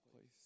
please